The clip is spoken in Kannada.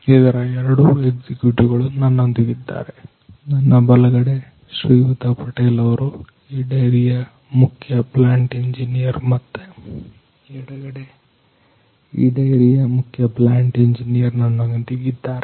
ಇದರ ಎರಡು ಎಕ್ಸಿಕ್ಯೂಟಿವ್ ಗಳು ನನ್ನೊಂದಿಗಿದ್ದಾರೆ ನನ್ನ ಬಲಗಡೆ ಶ್ರೀಯುತ ಪಟೇಲ್ ಅವರು ಈ ಡೈರಿಯ ಮುಖ್ಯ ಪ್ಲಾಂಟ್ ಇಂಜಿನಿಯರ್ ಮತ್ತು ಎಡಗಡೆ ಈ ಡೈರಿಯ ಮುಖ್ಯ ಪ್ಲಾಂಟ್ ಇಂಜಿನಿಯರ್ ನನ್ನೊಂದಿಗಿದ್ದಾರೆ